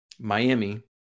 Miami